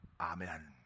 Amen